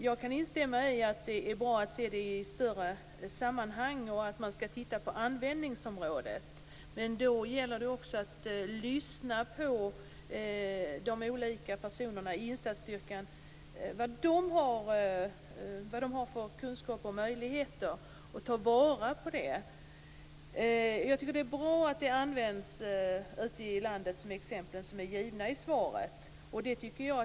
Jag kan instämma i att det är bra att se det här i ett större sammanhang och att man skall titta på användningsområdet, men då gäller det också att lyssna på personerna i insatsstyrkan och att ta vara på deras kunskaper och möjligheter. Jag tycker att är bra att styrkan används ute i landet enligt de exempel som har givits i svaret.